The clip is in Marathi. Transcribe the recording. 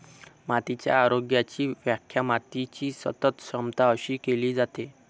मातीच्या आरोग्याची व्याख्या मातीची सतत क्षमता अशी केली जाते